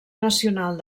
nacional